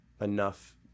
enough